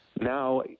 Now